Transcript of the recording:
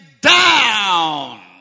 down